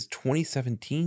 2017